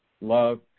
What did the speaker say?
love